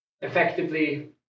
effectively